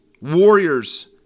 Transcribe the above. Warriors